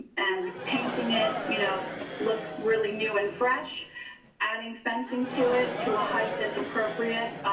and painting it you know look really new and fresh adding fencing to it to a height that's appropriate.